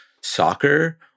soccer